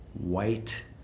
white